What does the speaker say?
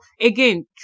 again